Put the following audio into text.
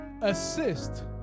Assist